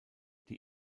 die